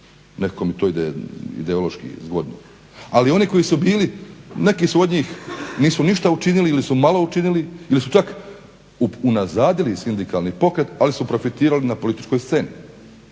Nekako mi to ideološki zgodno. Ali oni koji su bili neki su od njih nisu ništa učinili ili su malo učinili ili su čak unazadili sindikalni pokret ali su profitirali na političkoj sceni.